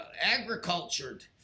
agricultured